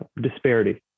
disparity